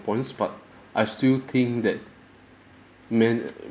points but I still think that man